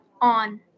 on